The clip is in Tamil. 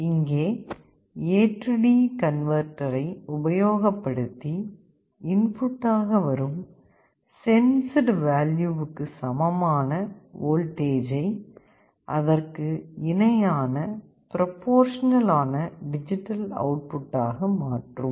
இங்கே AD கன்வெர்ட்டரை உபயோகப்படுத்தி இன்புட்டாக வரும் சென்ஸ்ட் வேல்யூவுக்கு சமமான வோல்டேஜ்ஜை அதற்கு இணையான பிரபோர்ஷனல் ஆன டிஜிட்டல் அவுட்புட்டாக மாற்றும்